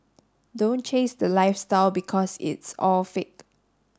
don't chase the lifestyle because it's all fake